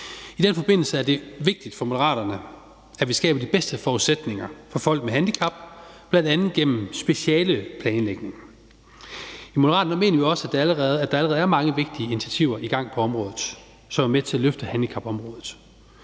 I den forbindelse er det vigtigt for Moderaterne, at vi skaber de bedste forudsætninger for folk med handicap, bl.a. gennem specialeplanlægning. I Moderaterne mener vi også, at der allerede er mange vigtige initiativer i gang, som er med til at løfte handicapområdet.